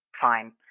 Fine